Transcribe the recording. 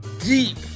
deep